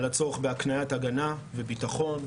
על הצורך בהקניית הגנה וביטחון,